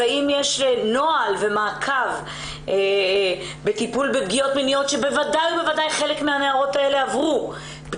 האם יש נוהל ומעקב בטיפול בפגיעות מיניות שחלק מהנערות האלו עברו?